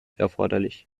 erforderlich